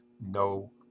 no